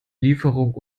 lieferung